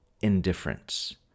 indifference